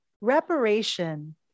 reparation